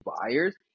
buyers